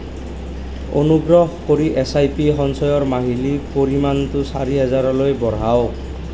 অনুগ্ৰহ কৰি S I P সঞ্চয়ৰ মাহিলী পৰিমাণটো চাৰি হেজাৰলৈ বঢ়াওক